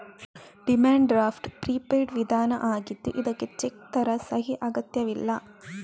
demand draft prepaid ವಿಧಾನ ಆಗಿದ್ದು ಇದ್ಕೆ ಚೆಕ್ ತರ ಸಹಿ ಅಗತ್ಯವಿಲ್ಲ